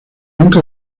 nunca